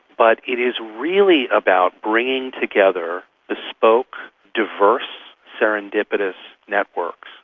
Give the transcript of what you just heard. but it is really about bringing together bespoke, diverse, serendipitous networks,